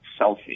selfie